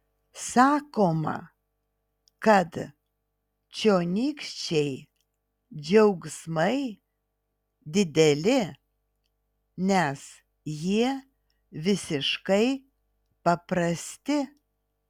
sakoma kad čionykščiai džiaugsmai dideli nes jie visiškai paprasti